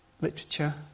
literature